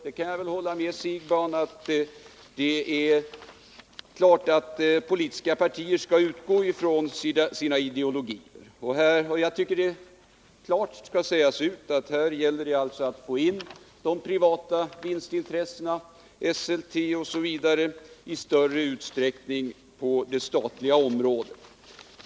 Jag kan hålla med Bo Siegbahn om att politiska partier bör utgå från sina ideologier. Men då bör det också klart sägas ut att vad det här gäller är att i större utsträckning få in de privata vinstintressena, t.ex. Esselte, på det statliga området.